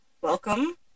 welcome